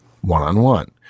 one-on-one